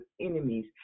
enemies